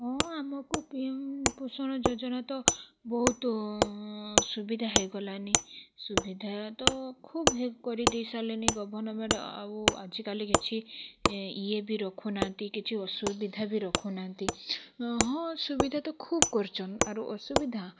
ହଁ ଆମକୁ ପିଏମ୍ ପୋଷଣ ଯୋଜନା ତ ବହୁତ୍ ସୁବିଧା ହେଇଗଲାଣି ସୁବିଧା ତ ଖୁବ୍ ହେ କରି ଦେଇ ସାରିଲେଣି ମ୍ୟାଡ଼ାମ୍ ଆଉ ଆଜିକାଲି କିଛି ଇଏ ବି ରଖୁନାହାନ୍ତି କିଛି ଅସୁବିଧା ବି ରଖୁନାହାନ୍ତି ହଁ ସୁବିଧା ତ ଖୁବ୍ କରୁଛନ୍ ଆରୁ ଅସୁବିଧା